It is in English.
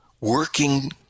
working